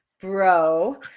Bro